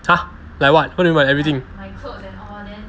!huh! like what what do you mean by everything